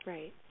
Right